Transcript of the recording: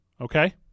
Okay